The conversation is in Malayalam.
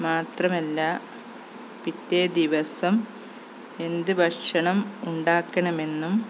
മാത്രമല്ല പിറ്റേദിവസം എന്ത് ഭക്ഷണം ഉണ്ടാക്കണമെന്നും